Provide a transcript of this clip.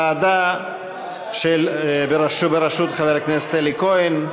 פקודת היבוא והיצוא (מס' 3) (מעבדות מוכרות ליבוא טובין),